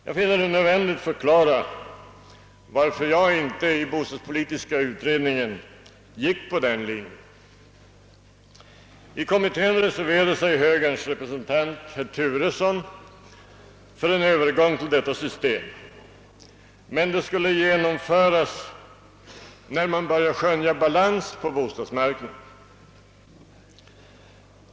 Jag finner det nödvändigt att förklara varför jag inte gick på den linjen i bostadspolitiska utredningen, I kommittén reserverade sig högerns representant, herr Turesson, för en övergång till detta system, men det skulle genomföras när man började skönja balans på bostadsmarknaden.